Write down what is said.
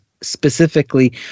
specifically